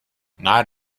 not